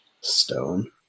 stone